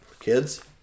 Kids